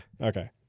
Okay